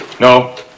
No